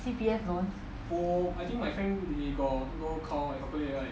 C_P_F loan